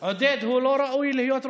הוא ראוי.